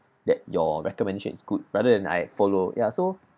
that your recommendation is good rather than I follow ya so